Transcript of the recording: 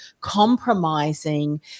compromising